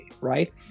right